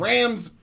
Rams